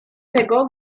tego